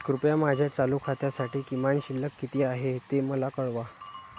कृपया माझ्या चालू खात्यासाठी किमान शिल्लक किती आहे ते मला कळवा